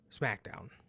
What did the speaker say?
SmackDown